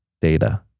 data